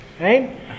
right